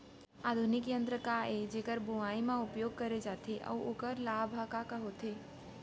आधुनिक यंत्र का ए जेकर बुवाई म उपयोग करे जाथे अऊ ओखर लाभ ह का का होथे?